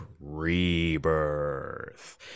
Rebirth